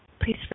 Please